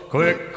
Quick